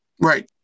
Right